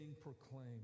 proclaimed